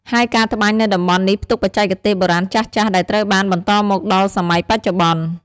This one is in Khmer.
ហើយការត្បាញនៅតំបន់នេះផ្ទុកបច្ចេកទេសបុរាណចាស់ៗ ដែលត្រូវបានបន្តមកដល់សម័យបច្ចុប្បន្ន។